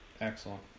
Excellent